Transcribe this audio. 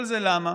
כל זה למה?